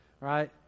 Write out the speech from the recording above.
right